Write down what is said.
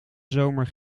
zomer